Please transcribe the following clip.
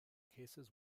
cases